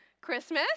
Christmas